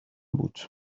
بود